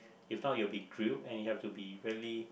if not you will be grilled and you have to be really